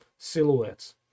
silhouettes